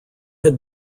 had